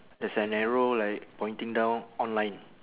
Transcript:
there's an arrow like pointing down online